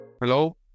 Hello